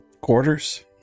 quarters